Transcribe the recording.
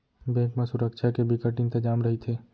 bank म सुरक्छा के बिकट इंतजाम रहिथे